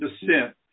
descent